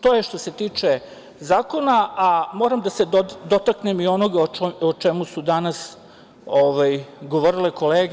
To je što se tiče zakona, a moram da se dotaknem i onoga o čemu su danas govorile kolege.